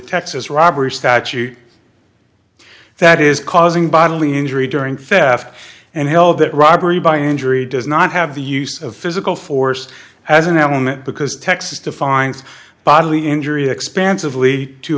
texas robbery statute that is causing bodily injury during pfeffer and held that robbery by injury does not have the use of physical force as an element because texas defines bodily injury expansive